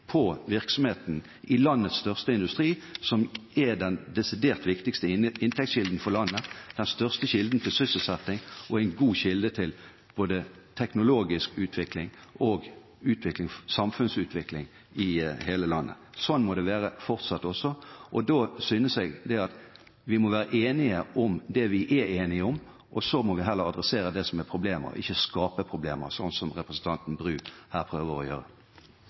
av virksomheten i landets største industri, som er den desidert viktigste inntektskilden for landet, den største kilden til sysselsetting og en god kilde til både teknologisk utvikling og samfunnsutvikling i hele landet. Sånn må det fortsatt også være. Da synes jeg vi må være enige om det vi er enige om, og så må vi heller ta tak i det som er problemer, ikke skape problemer, sånn som representanten Bru her prøver å gjøre.